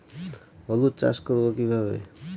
হলুদ চাষ করব কিভাবে?